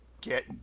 get